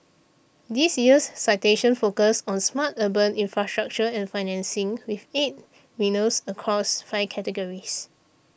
this year's citations focus on smart urban infrastructure and financing with eight winners across five categories